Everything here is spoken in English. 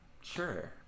sure